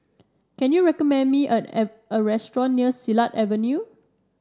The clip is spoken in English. can you recommend me at every a restaurant near Silat Avenue